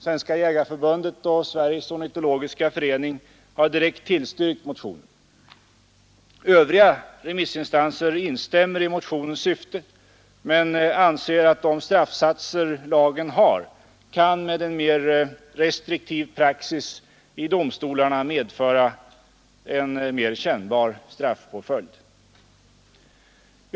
Svenska jägareförbundet och Sveriges ornitologiska förening har direkt tillstyrkt motionen. Övriga remissinstanser har instämt i motionens syfte men anser att de straffsatser lagen har med en mera restriktiv praxis i domstolarna kan medföra en mera kännbar straffpåföljd.